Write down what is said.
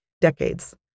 decades